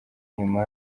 nyuma